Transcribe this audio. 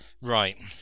Right